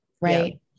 right